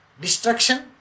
destruction